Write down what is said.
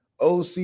OC